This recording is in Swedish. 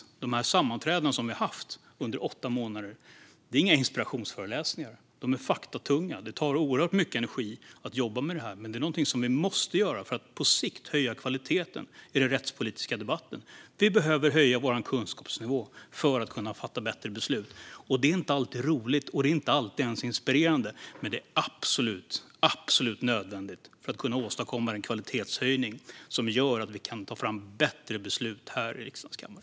De sammanträden som vi har haft under åtta månader är inga inspirationsföreläsningar. De är faktatunga, och det tar oerhört mycket energi att jobba med dessa frågor. Men det är något vi måste göra för att på sikt höja kvaliteten i den rättspolitiska debatten. Vi behöver höja vår kunskapsnivå för att kunna fatta bättre beslut. Det är inte alltid roligt eller ens inspirerande, men det är absolut nödvändigt för att åstadkomma den kvalitetshöjning som gör att vi kan fatta bättre beslut i riksdagens kammare.